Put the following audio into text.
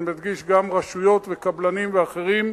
אני מדגיש: גם רשויות וקבלנים ואחרים,